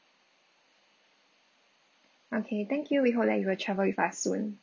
okay thank you we hope that you will travel with us soon